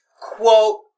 quote